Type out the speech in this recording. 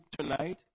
tonight